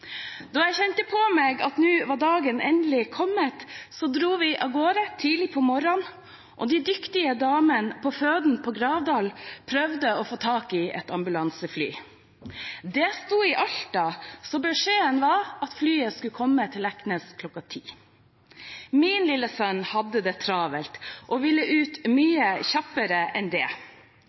Da jeg kjente på meg at dagen endelig var kommet, dro vi avgårde tidlig på morgenen, og de dyktige damene på føden på Gravdal prøvde å få tak i ambulansefly. Det sto i Alta, så beskjeden var at flyet skulle komme til Leknes kl. 10. Min lille sønn hadde det travelt og ville ut mye kjappere enn det.